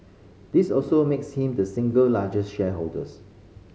this also makes him the single largest shareholders